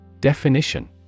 Definition